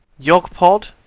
Yogpod